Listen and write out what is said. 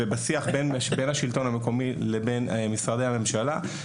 בשיח שבין השלטון המקומי לבין משרדי הממשלה.